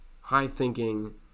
high-thinking